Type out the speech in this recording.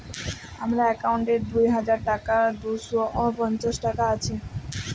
আমার অ্যাকাউন্ট এ কি দুই হাজার দুই শ পঞ্চাশ টাকা আছে?